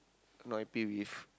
not happy with